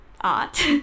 art